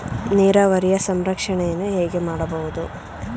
ನೀರಾವರಿಯ ಸಂರಕ್ಷಣೆಯನ್ನು ಹೇಗೆ ಮಾಡಬಹುದು?